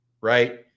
right